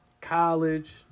college